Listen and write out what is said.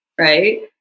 right